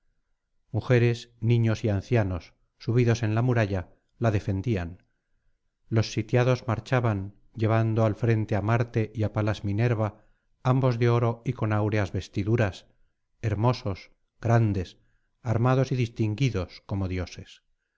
mujeres niños y ancianos subidos en la muralla la defendían los sitiados marchaban llevando al frente á marte y á palas minerva ambos de oro y con áureas vestiduras hermosos grandes armados y distinguidos como dioses